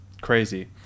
crazy